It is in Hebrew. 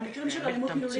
את המקרים של אלימות מילולית